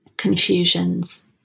confusions